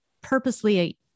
purposely